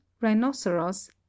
rhinoceros